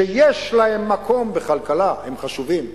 שיש להם מקום בכלכלה, הם חשובים,